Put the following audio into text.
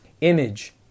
image